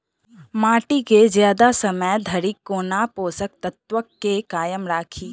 माटि केँ जियादा समय धरि कोना पोसक तत्वक केँ कायम राखि?